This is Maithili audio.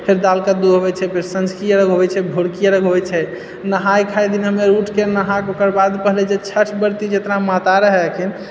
फेर दाल कद्दू हबे छै फेर सँझकि अरघ होबै छै भोरकी अरघ होबै छै नहाइ खाइ दिन हम अर उठिके नहाके ओकर बाद पहिले जे छठ व्रती जेतना माता रहैके